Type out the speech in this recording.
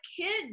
kids